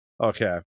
Okay